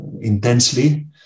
intensely